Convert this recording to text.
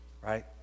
Right